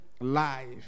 life